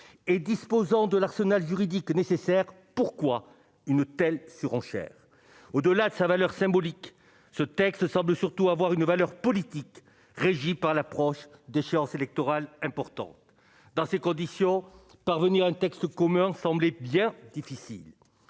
et disposant de l'arsenal juridique nécessaire, pourquoi une telle surenchère au-delà de sa valeur symbolique, ce texte semble surtout avoir une valeur politique régis par l'approche d'échéances électorales importantes dans ces conditions, parvenir à un texte commun semblait bien difficile